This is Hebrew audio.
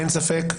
אין ספק,